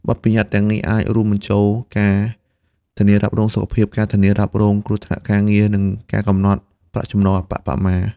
បទប្បញ្ញត្តិទាំងនេះអាចរួមបញ្ចូលការធានារ៉ាប់រងសុខភាព ការធានារ៉ាប់រងគ្រោះថ្នាក់ការងារ និងការកំណត់ប្រាក់ចំណូលអប្បបរមា។